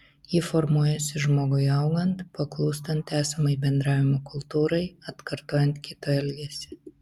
ji formuojasi žmogui augant paklūstant esamai bendravimo kultūrai atkartojant kito elgesį